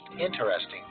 interesting